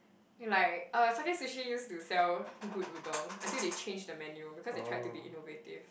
you like uh Sakae-Sushi use to sell good udon until they change the menu because they try to be innovative